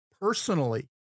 personally